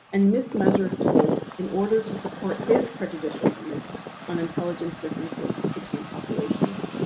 and mismeasured skulls in order to support his prejudicial views on intelligence differences between populations.